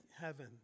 heaven